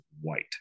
white